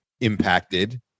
impacted